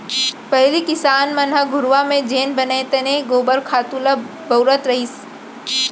पहिली किसान मन ह घुरूवा म जेन बनय तेन गोबर खातू ल बउरत रहिस